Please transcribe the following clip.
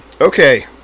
okay